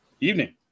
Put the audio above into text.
evening